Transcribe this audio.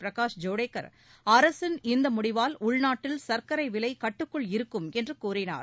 பிரகாஷ் ஜவ்டேகர் அரசின் இந்த முடிவால் உள்நாட்டில் சர்க்கரை விலை கட்டுக்குள் இருக்கும் என்று கூறினார்